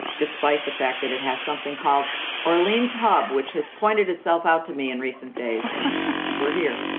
despite the fact that it has something called orlean's hub, which has pointed itself out to me in recent days as we're here.